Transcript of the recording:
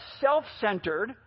self-centered